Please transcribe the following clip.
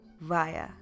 via